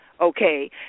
okay